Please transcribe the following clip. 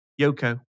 Yoko